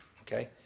Okay